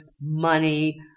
money